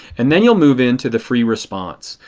and then you will move into the free response.